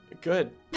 Good